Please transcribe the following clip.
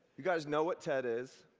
you guys know what ted is.